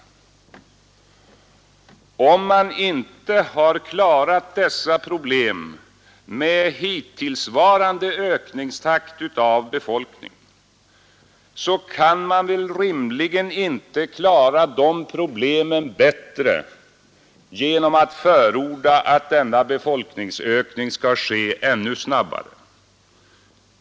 Om man inte har klarat dessa problem med hittillsvarande ökningstakt av befolkningen, så kan man väl rimligen inte klara problemen bättre genom att förorda att denna befolkningsökning skall ske ännu snabbare.